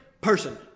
Person